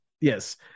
Yes